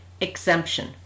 exemption